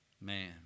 Man